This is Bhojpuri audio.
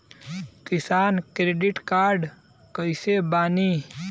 किसान क्रेडिट कार्ड कइसे बानी?